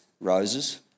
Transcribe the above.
roses